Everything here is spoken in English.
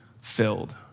filled